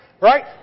right